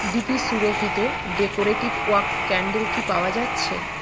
DP সুরভিত decorative wax candle কি পাওয়া যাচ্ছে